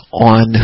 on